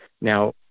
Now